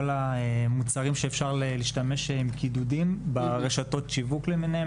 המוצרים שאפשר להשתמש בהם עם קידודים ברשתות השיווק למיניהם,